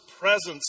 presence